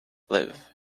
live